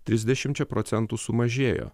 trisdešimčia procentų sumažėjo